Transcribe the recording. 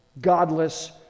godless